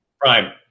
Prime